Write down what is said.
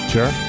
Sure